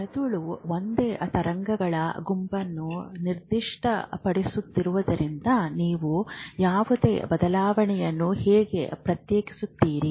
ಮೆದುಳು ಒಂದೇ ತರಂಗಗಳ ಗುಂಪನ್ನು ನಿರ್ದಿಷ್ಟಪಡಿಸುತ್ತಿರುವುದರಿಂದ ನೀವು ಯಾವುದೇ ಬದಲಾವಣೆಯನ್ನು ಹೇಗೆ ಪ್ರತ್ಯೇಕಿಸುತ್ತೀರಿ